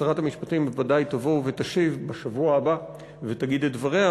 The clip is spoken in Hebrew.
שרת המשפטים בוודאי תבוא ותשיב בשבוע הבא ותגיד את דבריה,